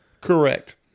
Correct